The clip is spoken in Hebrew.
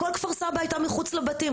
כל כפר סבא הייתה מחוץ לבתים,